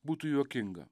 būtų juokinga